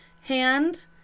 hand